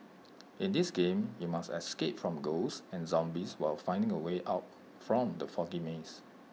in this game you must escape from ghosts and zombies while finding the way out from the foggy maze